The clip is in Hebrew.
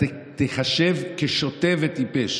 ואתה תיחשב כשוטה וטיפש